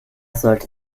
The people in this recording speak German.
sollte